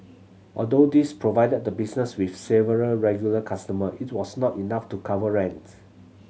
although these provided the business with several regular customer it was not enough to cover rent